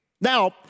Now